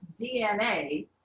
DNA